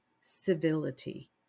civility